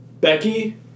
Becky